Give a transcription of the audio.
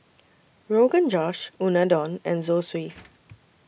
Rogan Josh Unadon and Zosui